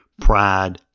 pride